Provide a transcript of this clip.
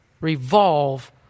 revolve